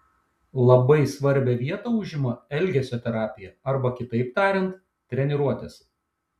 labai svarbią vietą užima elgesio terapija arba kitaip tariant treniruotės